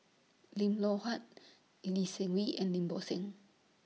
Lim Loh Huat Lee Seng Wee and Lim Bo Seng